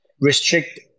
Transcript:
restrict